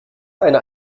einer